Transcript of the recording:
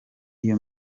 iyo